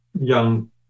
young